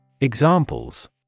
Examples